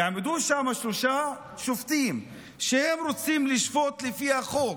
יעמדו שם שלושה שופטים שהם רוצים לשפוט לפי החוק,